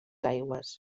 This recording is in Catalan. aigües